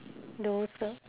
those uh